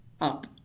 up